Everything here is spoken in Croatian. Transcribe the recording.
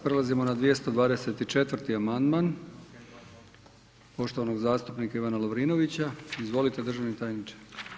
Prelazimo na 224. amandman poštovanog zastupnika Ivana Lovrinovića, izvolite državni tajniče.